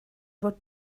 fod